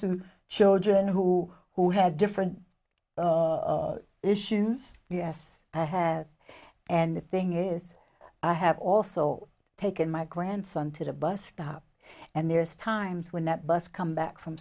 into children who who have different of issues yes i have and the thing is i have also taken my grandson to the bus stop and there's times when that bus come back from